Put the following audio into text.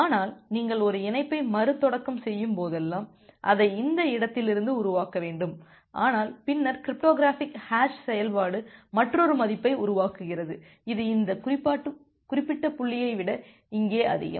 ஆனால் நீங்கள் ஒரு இணைப்பை மறுதொடக்கம் செய்யும் போதெல்லாம் அதை இந்த இடத்திலிருந்து உருவாக்க வேண்டும் ஆனால் பின்னர் கிரிப்டோகிராஃபிக் ஹாஷ் செயல்பாடு மற்றொரு மதிப்பை உருவாக்குகிறது இது இந்த குறிப்பிட்ட புள்ளியை விட இங்கே அதிகம்